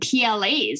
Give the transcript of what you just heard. PLAs